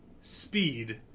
Speed